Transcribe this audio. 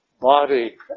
body